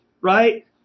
right